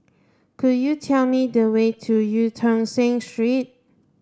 could you tell me the way to Eu Tong Sen Street